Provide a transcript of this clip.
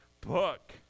book